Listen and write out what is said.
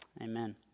Amen